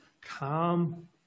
calm